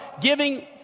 Giving